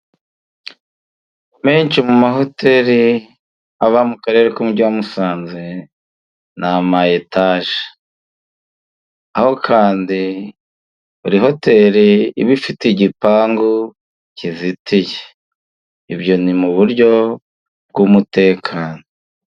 Menshi mu mahoteli aba mu Karere k'umujyi wa Musanze ni ama etaje. Aho kandi buri hoteli iba ifite igipangu kizitiye, ibyo ni mu buryo bw'umutekano.